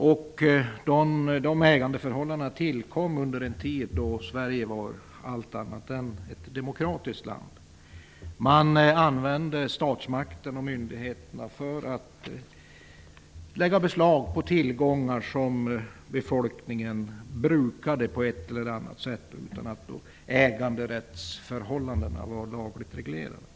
Dessa ägarförhållanden tillkom under en tid då Sverige var ett allt annat än demokratiskt land. Man använde statsmakten och myndigheterna för att lägga beslag på tillgångar som befolkningen brukade på ett eller annat sätt utan att äganderättsförhållandena var lagligt reglerade.